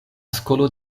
skolo